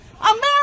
America